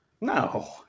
No